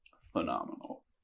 phenomenal